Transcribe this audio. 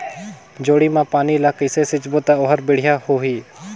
जोणी मा पानी ला कइसे सिंचबो ता ओहार बेडिया होही?